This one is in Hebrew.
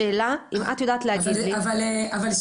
השאלה אם את יודעת להגיד לי -- אבל שנייה,